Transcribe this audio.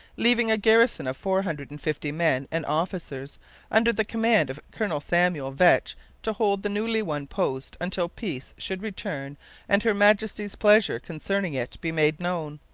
leaving a garrison of four hundred and fifty men and officers under the command of colonel samuel vetch to hold the newly-won post until peace should return and her majesty's pleasure concerning it be made known.